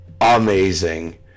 amazing